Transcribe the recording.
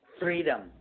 freedom